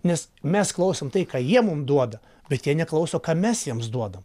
nes mes klausom tai ką jie mum duoda bet jie neklauso ką mes jiems duodam